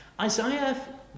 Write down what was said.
Isaiah